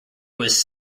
was